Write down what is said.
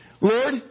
Lord